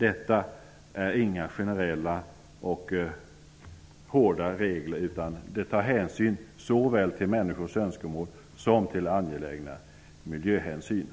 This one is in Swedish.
Detta är inga generella och hårda regler. De tar hänsyn såväl till människors önskemål som till angelägna miljöskyddsbehov.